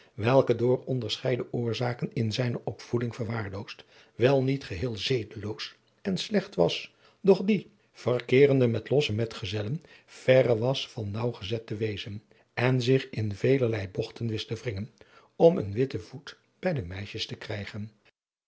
welke door onderscheiden oorzaken in zijne opvoeding verwaarloosd wel niet geheel zedeloos en slecht was doch die verkeerende met losse medgezellen verre was van naauwgezet te wezen en zich in velerlei bogten wist te wringen om een witten voet bij de meisjes te krijgen